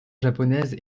japonaise